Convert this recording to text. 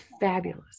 fabulous